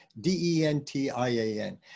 D-E-N-T-I-A-N